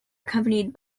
accompanied